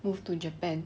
move to japan